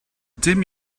dim